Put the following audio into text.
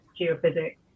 geophysics